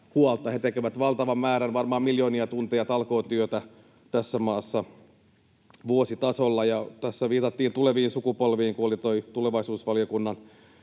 He tekevät valtavan määrän, varmaan miljoonia tunteja, talkootyötä tässä maassa vuositasolla. Tässä viitattiin tuleviin sukupolviin, kun oli tulevaisuusvaliokunnan